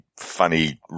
funny